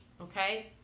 Okay